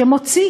שמוציא